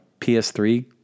PS3